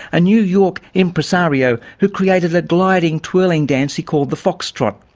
a new york impresario who created a gliding, twirling dance he called the foxtrot.